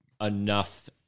enough